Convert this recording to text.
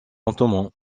lentement